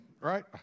right